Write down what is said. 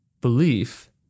belief